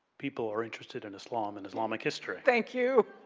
people are interested in islam and islamic history. thank you.